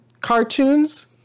cartoons